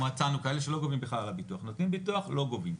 נותנים ביטוח, ולא גובים.